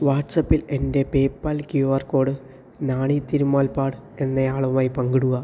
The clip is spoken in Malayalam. വാട്സാപ്പിൽ എൻ്റെ PayPal Q R code Nani Thirumulpad എന്നയാളുമായി പങ്കിടുക